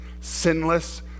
sinless